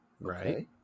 right